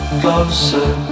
closer